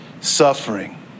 suffering